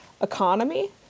economy